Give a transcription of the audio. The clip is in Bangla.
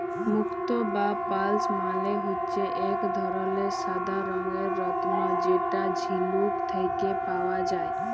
মুক্ত বা পার্লস মালে হচ্যে এক ধরলের সাদা রঙের রত্ন যেটা ঝিলুক থেক্যে পাওয়া যায়